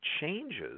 changes